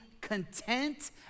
content